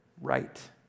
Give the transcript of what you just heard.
right